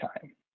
time